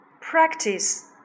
practice